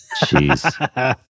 Jeez